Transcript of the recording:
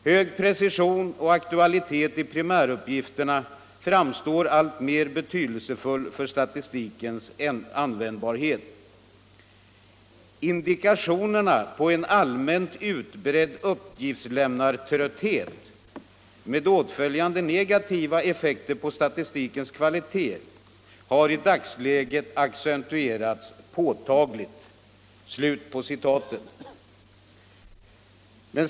Hög precision och aktualitet i primäruppgifterna framstår som alltmer betydelsefull för statistikens användbarhet. Indikationerna på en allmänt utbredd uppgiftslämnartrötthet — med åtföljande negativa effekter på statistikens kvalitet — har i dagsläget accentuerats påtagligt.” Så långt SCB.